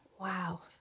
wow